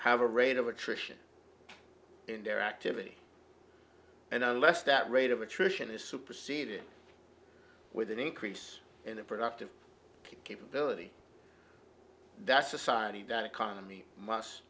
have a rate of attrition in their activity and unless that rate of attrition is superceded with an increase in the productive capability that society that economy must